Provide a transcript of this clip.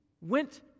went